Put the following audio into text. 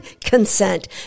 consent